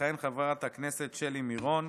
תכהן חברת הכנסת שלי מירון,